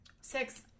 Six